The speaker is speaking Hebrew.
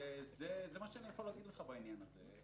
זה מה שאני יכול להגיד לך בעניין הזה.